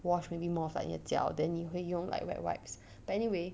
wash maybe more of like 你的脚 then 你会用 more like wet wipes but anyway